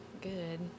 good